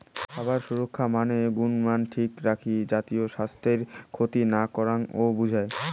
খাবার সুরক্ষা মানে গুণমান ঠিক রাখি জাতীয় স্বাইস্থ্যর ক্ষতি না করাং ও বুঝায়